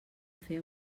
fer